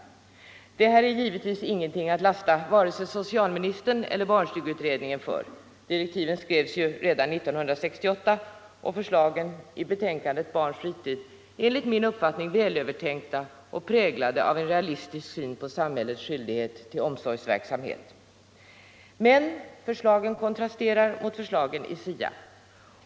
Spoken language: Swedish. Det här är givetvis ingenting att lasta vare sig socialministern eller barnstugeutredningen för. Direktiven skrevs redan 1968, och förslagen i betänkandet Barns fritid är enligt min uppfattning väl övertänkta och präglade av en realistisk syn på samhällets skyldighet till omsorgsverksamhet. Men förslagen kontrasterar mot förslagen i SIA.